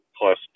plus